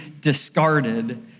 discarded